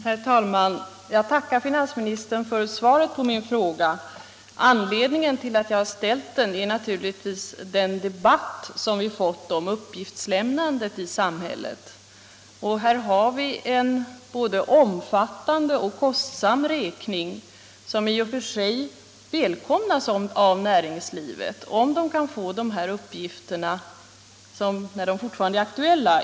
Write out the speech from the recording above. Herr talman! Jag tackar finansministern för svaret på min fråga. Anledningen till att jag har ställt den är naturligtvis den debatt som vi fått om uppgiftslämnandet i samhället. Det rör sig här om en både omfattande och kostsam räkning — som i och för sig välkomnas av näringslivet under förutsättning att man kan få dessa uppgifter medan de fortfarande är aktuella.